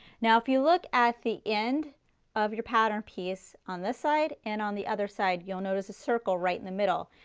now if you look at the end of your pattern piece on this side and on the other side, you'll notice a circle right in the middle.